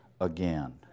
again